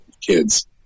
kids